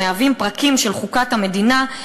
המהווים פרקים של חוקת המדינה,